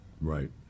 Right